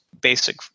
basic